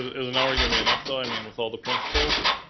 is an hour going to be enough though, i mean, with all the principals?